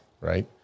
right